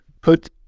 put